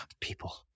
people